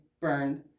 burned